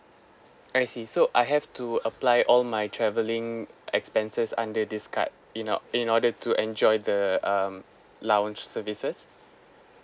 I see so I have to apply all my travelling expenses under this card in or in order to enjoy the um lounge services